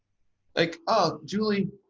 like, ah, julie,